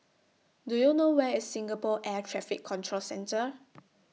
Do YOU know Where IS Singapore Air Traffic Control Centre